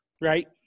Right